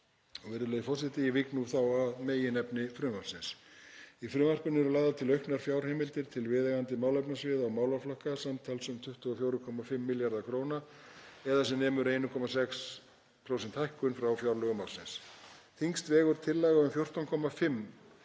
Virðulegur forseti Ég vík nú að meginefni frumvarpsins. Í frumvarpinu eru lagðar til auknar fjárheimildir til viðeigandi málefnasviða og málaflokka, samtals um 24,5 milljarðar kr. eða sem nemur 1,6% hækkun frá fjárlögum ársins. Þyngst vegur tillaga um 14,5